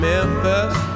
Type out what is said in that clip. Memphis